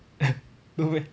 no meh